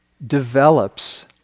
develops